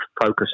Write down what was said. focus